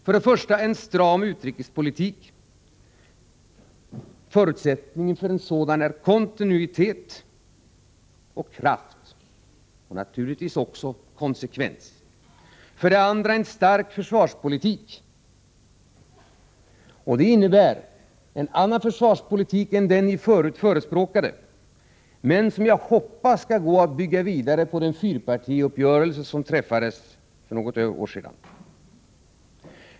För det första vill vi föra en stram utrikespolitik. Förutsättningen för en sådan är kontinuitet och kraft, och naturligtvis också konsekvens. För det andra vill vi föra en stark försvarspolitik. Det innebär en annan försvarspolitik än den ni förut förespråkade, en försvarspolitik där vi förhoppningsvis kan bygga vidare på den fyrpartiuppgörelse som träffades för något år sedan.